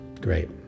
Great